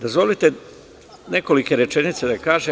Dozvolite nekoliko rečenica da kažem.